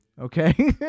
okay